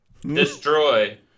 Destroy